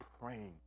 praying